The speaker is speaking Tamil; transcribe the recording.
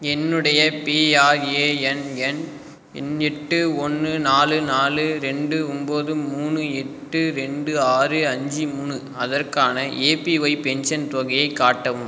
என்னுடைய பிஆர்ஏஎன் எண் எட்டு ஒன்று நாலு நாலு ரெண்டு ஒம்பது மூணு எட்டு ரெண்டு ஆறு அஞ்சு மூணு அதற்கான ஏபிஒய் பென்ஷன் தொகையைக் காட்டவும்